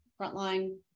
frontline